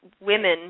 women